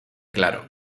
claro